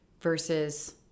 versus